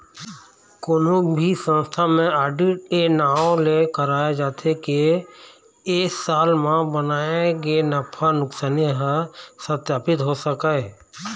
कोनो भी संस्था म आडिट ए नांव ले कराए जाथे के ए साल म बनाए गे नफा नुकसानी ह सत्पापित हो सकय